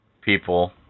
people